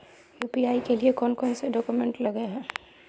UPI के लिए कौन कौन से डॉक्यूमेंट लगे है?